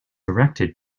erected